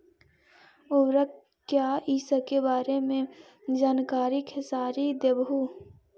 उर्वरक क्या इ सके बारे मे जानकारी खेसारी देबहू?